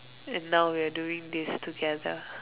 and now we are doing this together